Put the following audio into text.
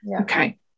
Okay